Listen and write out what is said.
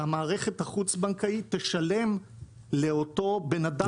שהמערכת החוץ בנקאית תשלם לאותו בן אדם,